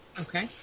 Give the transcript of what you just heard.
Okay